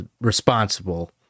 responsible